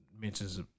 mentions